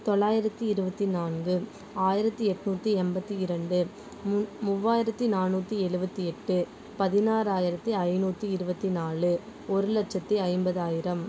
தொள்ளாயிரத்து இருபத்தி நான்கு ஆயிரத்து எட்நூற்றி எண்பத்து இரண்டு மூ மூவாயிரத்து நானூற்றி எழுவத்தி எட்டு பதினாறாயிரத்து ஐந்நூற்றி இருபத்தி நாலு ஒரு லட்சத்து ஐம்பதாயிரம்